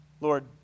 Lord